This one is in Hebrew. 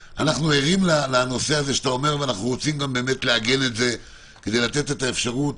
ערים לנושא הזה ורוצים לעגן את זה כדי לתת את האפשרות